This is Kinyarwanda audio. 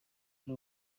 ari